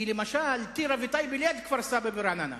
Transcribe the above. כי למשל טירה וטייבה הן ליד כפר-סבא ורעננה,